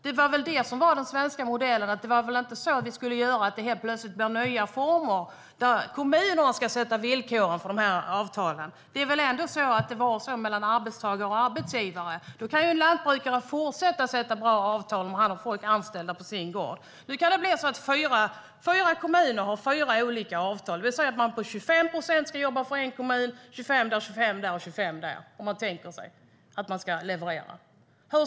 Det var väl det som var den svenska modellen, att vi inte skulle göra så att det helt plötsligt blir nya former där kommunerna sätter villkoren för avtalen? Det var väl ändå mellan arbetsgivare och arbetstagare? Då kan ju en lantbrukare fortsätta att sätta bra avtal om han har folk anställda på sin gård. Nu kan det bli så att fyra kommuner har fyra olika avtal, det vill säga att man ska jobba för en kommun på 25 procent och sedan 25 där, 25 där och 25 där, om man tänker sig att man ska leverera.